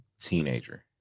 teenager